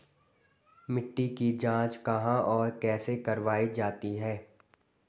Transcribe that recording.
मिट्टी की जाँच कहाँ और कैसे करवायी जाती है?